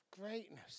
greatness